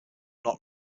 not